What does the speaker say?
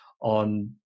on